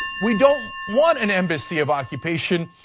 we don't want an embassy of occupation,